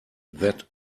that